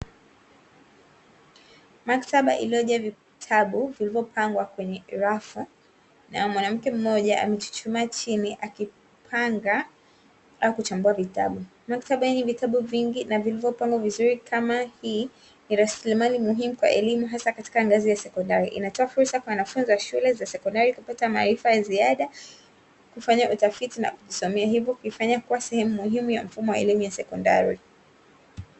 Maktaba iliyojaa vitabu vilivyopangwa kwenye rafu na mwanamke mmoja amechuchumaa chini akipanga au kuchambua vitabu, maktaba yenye vitabu vingi na vilivyopangwa vizuri kama hii ni rasilimali muhimu kwa elimu hasa katika ngazi ya sekondari , inatoa fursa kwa wanafunzi wa shule za sekondari kupata maarifa ya ziada, kufanya utafiti na kujisomea hivyo kuifanya kuwa sehemu muhimu ya mfumo wa elimu ya sekondari.